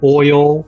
oil